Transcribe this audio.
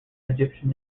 egyptian